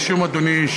אדוני,